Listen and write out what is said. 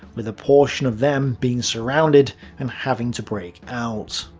with a portion of them being surrounded and having to break out.